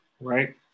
right